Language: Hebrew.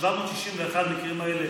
761 המקרים האלה,